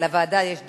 לוועדה יש "דד-ליין"?